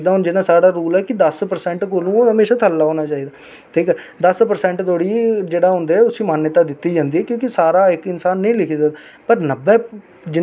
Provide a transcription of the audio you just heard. दो ज्हार अट्ठ बिच में समझी लैओ कि इक इलैक्शन लड़ी ही उस टैंम बिच में मिगी इन्ना डर हा कि जिसलै गड्डी उज्पर बेनर लाने हे ते में सगुआं अपनी आप बीती सनानी आं